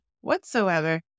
whatsoever